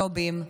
ג'ובים,